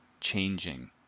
changing